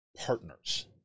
partners